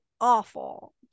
awful